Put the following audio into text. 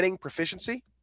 proficiency